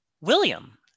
William